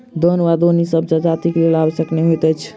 दौन वा दौनी सभ जजातिक लेल आवश्यक नै होइत अछि